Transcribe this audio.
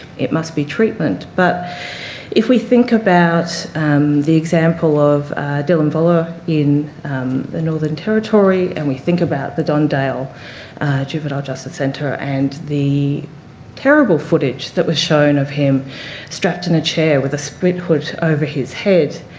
it must be treatment. but if we think about the example of dylan voller in the northern territory and we think about the don dale juvenile justice centre and the terrible footage that was shown of him strapped in a chair with a spit hood over his head,